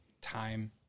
time